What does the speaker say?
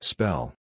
Spell